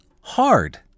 hard